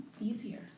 easier